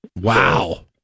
Wow